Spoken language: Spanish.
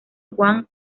juan